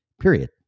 period